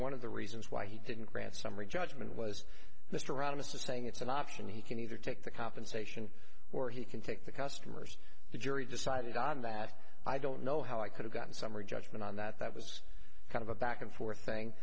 one of the reasons why he didn't grant summary judgment was mr round to saying it's an option he can either take the compensation or he can take the customers the jury decided on that i don't know how i could've gotten summary judgment on that that was kind of a back and forth thing